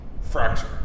fracture